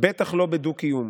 בטח לא בדו-קיום.